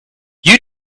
you